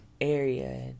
area